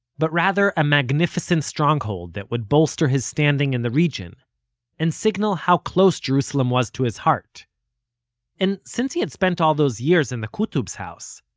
but rather a magnificent stronghold that would bolster his standing in the region and signal how close jerusalem was to his heart and since he had spent all those years in the qutob's house,